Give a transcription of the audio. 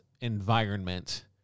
environment